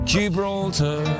Gibraltar